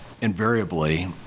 Invariably